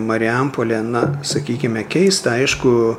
marijampolė na sakykime keista aišku